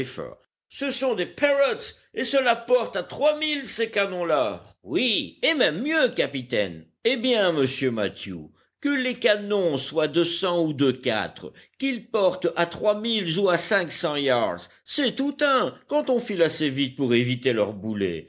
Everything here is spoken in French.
ce sont des parrotts et cela porte à trois milles ces canons là oui et même mieux capitaine eh bien monsieur mathew que les canons soient de cent ou de quatre qu'ils portent à trois milles ou à cinq cents yards c'est tout un quand on file assez vite pour éviter leurs boulets